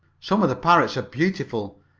some of the parrots are beautiful,